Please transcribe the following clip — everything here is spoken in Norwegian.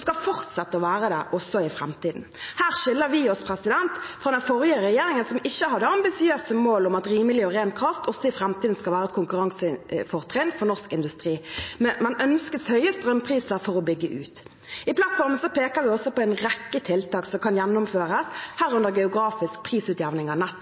skal fortsette å være det også i framtiden. Her skiller vi oss fra den forrige regjeringen, som ikke hadde ambisiøse mål om at billig og ren kraft også i framtiden skal være et konkurransefortrinn for norsk industri, men som ønsket høye strømpriser for å bygge ut. I plattformen peker vi også på en rekke tiltak som kan gjennomføres, herunder geografisk prisutjevning av